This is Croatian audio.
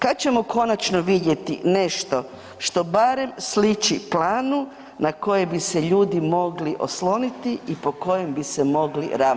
Kada ćemo konačno vidjeti nešto što barem sliči planu na koji bi se ljudi mogli osloniti i po kojem bi se mogli ravnati?